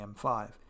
M5